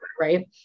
right